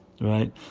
right